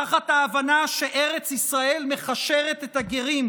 תחת ההבנה שארץ ישראל מכשרת את הגרים,